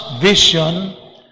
vision